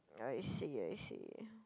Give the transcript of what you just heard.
I see I see